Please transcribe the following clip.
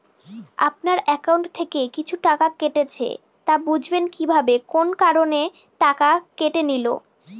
আপনার একাউন্ট থেকে কিছু টাকা কেটেছে তো বুঝবেন কিভাবে কোন কারণে টাকাটা কেটে নিল?